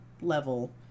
level